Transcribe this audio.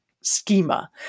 schema